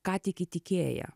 ką tik įtikėję